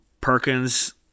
Perkins